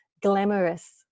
glamorous